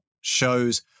shows